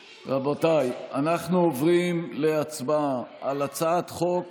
רבותיי, אנחנו עוברים להצבעה על הצעת חוק